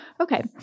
Okay